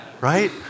Right